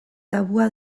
tabua